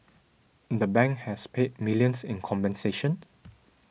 the bank has paid millions in compensation